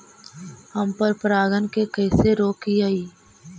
हम पर परागण के कैसे रोकिअई?